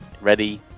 ready